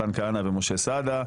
מתן כהנא ומשה סעדה,